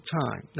time